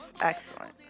excellent